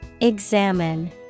Examine